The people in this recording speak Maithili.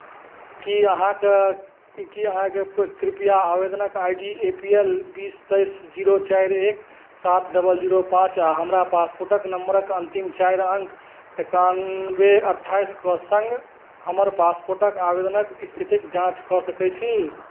कि अहाँ कि अहाँ कृपया आवेदनके I D A P L बीस तेइस जीरो चारि एक सात डबल जीरो पाँच आओर हमर पासपोर्ट नम्बरके अन्तिम चारि अङ्क एकानवे अट्ठाइसके सङ्ग हमर पासपोर्ट आवेदनके इस्थितिके जाँच कऽ सकै छी